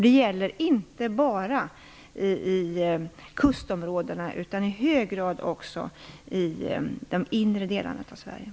Det gäller inte bara i kustområdena utan i hög grad också i de inre delarna av Sverige.